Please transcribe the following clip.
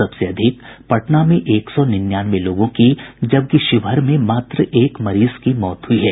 सबसे अधिक पटना में एक सौ निन्यानवे लोगों की जबकि शिवहर में मात्र एक मरीज की मौत हुई है